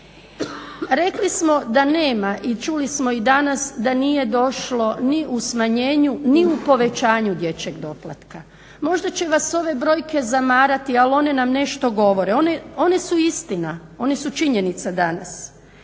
Rekli smo da nema i čuli smo i danas da nije došlo ni u smanjenju ni u povećanju dječjeg doplatka. Možda će vas ove brojke zamarati, ali one nam nešto govore, one su istina, one su činjenica danas.